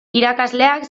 irakasleak